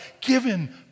given